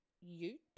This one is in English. ute